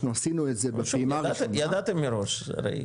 אנחנו עשינו את זה בפעימה הראשונה --- ידעתם מראש הרי.